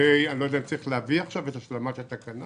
אני לא יודע אם צריך להביא עכשיו השלמה של תקנה